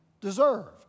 deserve